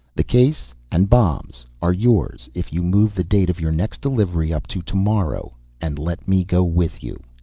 the case and bombs are yours if you move the date of your next delivery up to tomorrow and let me go with you.